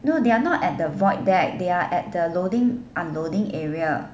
no they are not at the void deck they're at the loading unloading area